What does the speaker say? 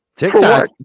TikTok